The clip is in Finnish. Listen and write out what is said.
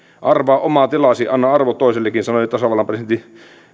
arvaa oma tilasi anna arvo toisillekin sanoi tasavallan presidentti